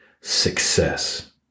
success